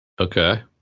Okay